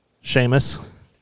Sheamus